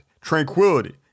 tranquility